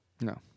No